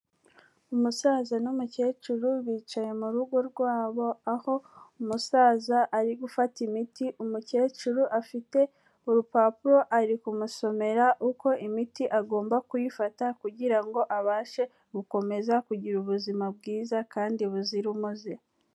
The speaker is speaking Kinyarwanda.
Umusaza n'umukecuru bicaye mu rugo rwabo, aho umusaza ari gufata imiti, umukecuru afite urupapuro ari kumusomera uko imiti agomba kuyifata kugira ngo abashe gukomeza kugira ubuzima bwiza kandi buzira umuze.